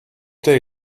day